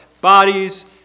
bodies